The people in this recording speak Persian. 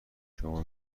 شما